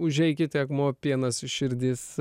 užeikit akmuo pienas širdis